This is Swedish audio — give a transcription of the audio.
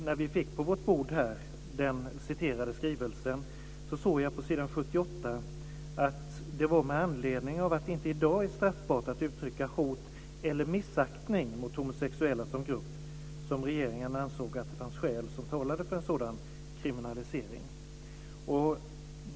När vi fick på vårt bord den citerade skrivelsen såg jag på s. 78 att det var med anledning av att det inte i dag är straffbart att uttrycka hot eller missaktning mot homosexuella som grupp som regeringen ansåg att det fanns skäl som talade för en kriminalisering.